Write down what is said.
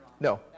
No